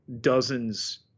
dozens